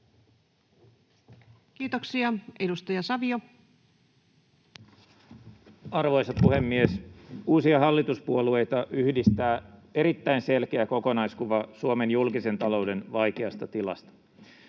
Time: 20:16 Content: Arvoisa puhemies! Uusia hallituspuolueita yhdistää erittäin selkeä kokonaiskuva Suomen julkisen talouden vaikeasta tilasta.